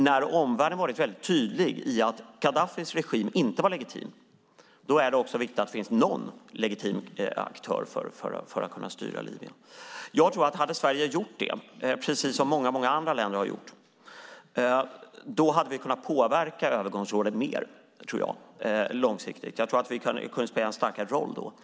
När omvärlden är tydlig med att Gaddafis regim inte är legitim är det viktigt att det finns en legitim aktör för att styra Libyen. Hade Sverige erkänt NTC, precis som många andra länder gjort, hade vi kunnat påverka övergångsrådet mer långsiktigt. Jag tror att vi hade kunnat spela en starkare roll då.